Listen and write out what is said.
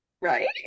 Right